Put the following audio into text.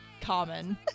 common